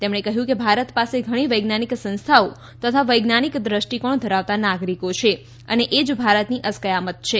તેમણે કહ્યું કે ભારત પાસે ઘણી વૈજ્ઞાનિક સંસ્થાઓ તથા વૈજ્ઞાનિક દ્રષ્ટિકોણ ધરાવતા નાગરિકો છે અને એ જ ભારતની અસ્કયામત છે